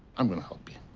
i'm gonna help you.